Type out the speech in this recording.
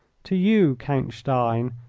to you, count stein,